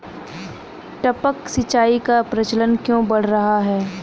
टपक सिंचाई का प्रचलन क्यों बढ़ रहा है?